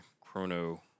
chrono